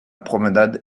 promenade